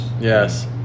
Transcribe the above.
yes